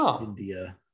India